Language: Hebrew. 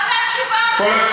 מה זה התשובה המפורצצת הזאת?